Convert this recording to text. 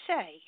say